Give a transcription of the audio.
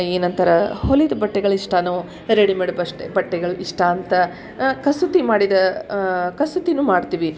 ಏನಂತಾರ ಹೊಲಿದ ಬಟ್ಟೆಗಳು ಇಷ್ಟವೋ ರೆಡಿಮೇಡ್ ಬಶ್ಟೆ ಬಟ್ಟೆಗಳು ಇಷ್ಟ ಅಂತ ಕಸೂತಿ ಮಾಡಿದ ಕಸೂತಿನೂ ಮಾಡ್ತೀವಿ